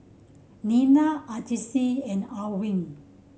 Nilda Ardyce and Alwine